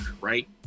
right